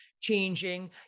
changing